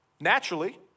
Naturally